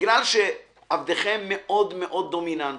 בגלל שעבדכם מאוד-מאוד דומיננטי,